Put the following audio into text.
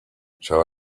shall